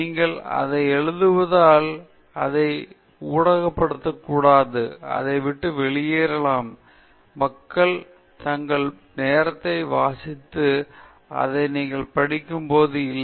நீங்கள் அதை எழுதுவதால் அதை ஊடகப்படுத்தக் கூடாது அதை விட்டு வெளியேறினால் மக்கள் தங்கள் நேரத்தை வாசித்து அதை நீங்கள் படிக்கும்போது இல்லை